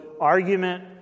argument